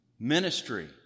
ministry